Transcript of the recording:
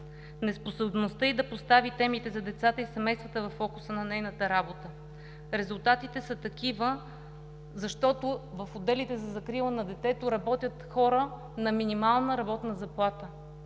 Неспособността ѝ да постави темите за децата и семействата във фокуса на нейната работа. Резултатите са такива, защото в отделите за закрила за детето работят хора на минимална работна заплата,